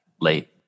late